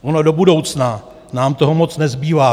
Ono do budoucna nám toho moc nezbývá.